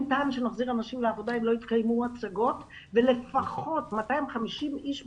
אין טעם שנחזיר אנשים לעבודה אם לא יתקיימו הצגות ולפחות 250 איש באולם.